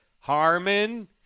Harmon